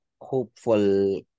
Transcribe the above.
hopeful